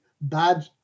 bad